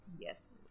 Yes